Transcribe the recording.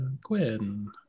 Gwen